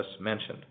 mentioned